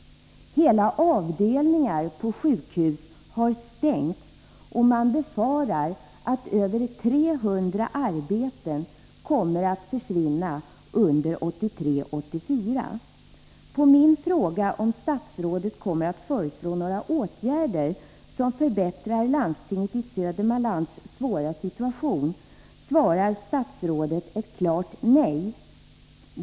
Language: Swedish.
Hela avdelningar på sjukhus har stängts. Man befarar att över 300 arbeten kommer att försvinna under 1983/84. På min fråga huruvida statsrådet kommer att föreslå några åtgärder som förbättrar landstingets i Södermanlands län svåra situation svarar statsrådet klart nej.